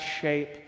shape